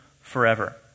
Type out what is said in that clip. forever